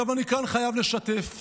עכשיו אני חייב לשתף כאן.